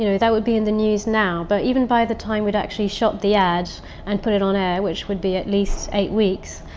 you know that would be in the news now. but even by the time we'd actually shot the ad and put it on air, which would be at least eight weeks.